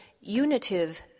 unitive